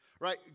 right